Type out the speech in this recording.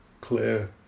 clear